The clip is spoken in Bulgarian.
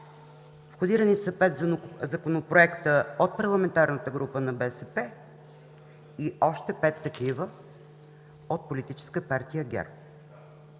входирани са пет законопроекта от парламентарната група на БСП и още пет от Политическа партия ГЕРБ.